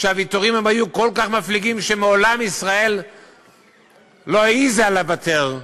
שהיו ויתורים כל כך מפליגים שמעולם ישראל לא העזה לוותר,